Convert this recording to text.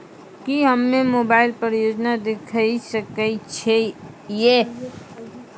की हम्मे मोबाइल पर योजना देखय सकय छियै?